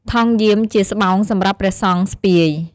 ឆ័ត្រ ជាទូទៅមានពណ៌ស ឬលឿង សម្រាប់ការពារកម្ដៅថ្ងៃ ជាពិសេសពេលនិមន្តបិណ្ឌបាត្រ។